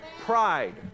Pride